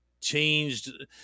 changed